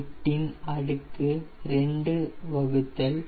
8 இன் அடுக்கு 2 வகுத்தல் 0